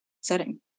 setting